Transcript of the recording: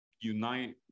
unite